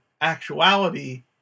actuality